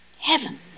Heaven